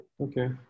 okay